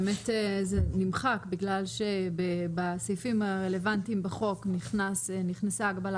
זה נמחק בגלל שבסעיפים הרלוונטיים בחוק נכנסה הגבלה